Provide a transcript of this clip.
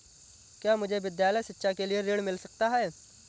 क्या मुझे विद्यालय शिक्षा के लिए ऋण मिल सकता है?